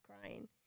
crying